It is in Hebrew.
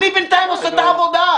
אני בינתיים עושה את העבודה.